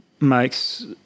makes